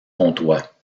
comtois